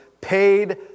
paid